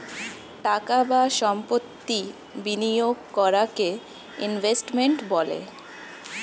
টাকা বা সম্পত্তি বিনিয়োগ করাকে ইনভেস্টমেন্ট বলে